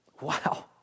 Wow